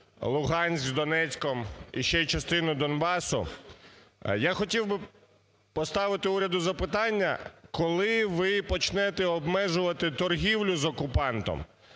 Луганськ, Донецьк і ще частину Донбасу. Я хотів би поставити уряду запитання: коли ви почнете обмежувати торгівлю з окупантом?